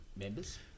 Members